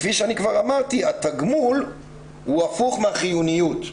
כפי שכבר אמרתי, התגמול הפוך מהחיוניות.